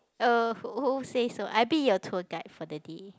uh who who say so I be your tour guide for the day